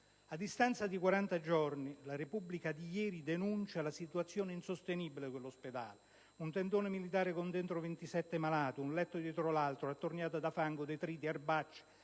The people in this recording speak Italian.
A distanza di 40 giorni il quotidiano "la Repubblica" di ieri denuncia la situazione insostenibile di quell'ospedale: un tendone militare con dentro 27 malati, un letto dietro l'altro, circondato da fango, detriti, erbacce,